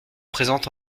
présente